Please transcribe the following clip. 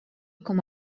com